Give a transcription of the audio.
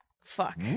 Fuck